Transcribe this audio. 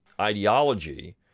ideology